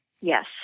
Yes